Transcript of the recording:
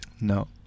No